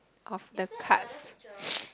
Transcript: of the cut